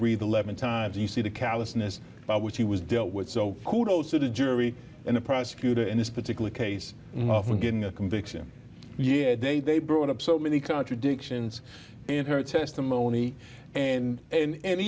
breathe eleven times you see the callousness by which he was dealt with so kudos to the jury and the prosecutor in this particular case for getting a conviction yet they they brought up so many contradictions in her testimony and and